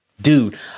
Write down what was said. Dude